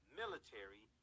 military